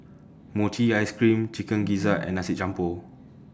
Mochi Ice Cream Chicken Gizzard and Nasi Campur